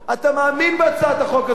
אתה מאמין בהצעת החוק הזאת,